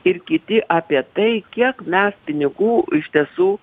ir kiti apie tai kiek mes pinigų iš tiesų